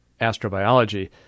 astrobiology